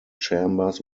chambers